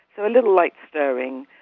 so a little light stirring,